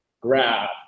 Grab